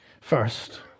First